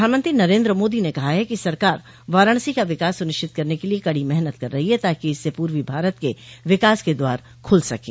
प्रधानमंत्री नरेंद्र मोदी ने कहा है कि सरकार वाराणसी का विकास सुनिश्चित करने के लिए कड़ी मेहनत कर रही है ताकि इससे पूर्वी भारत के विकास के द्वार खुल सकें